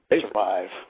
survive